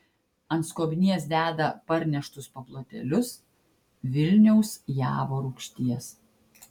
ant skobnies deda parneštus paplotėlius vilniaus javo rūgšties